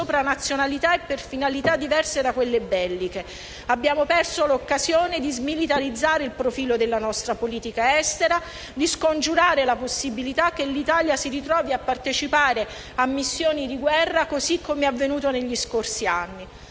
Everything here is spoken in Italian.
e per finalità diverse da quelle belliche. Abbiamo perso l'occasione di smilitarizzare il profilo della nostra politica estera e scongiurare la possibilità che l'Italia si ritrovi a partecipare a missioni di guerra, così come avvenuto negli scorsi anni.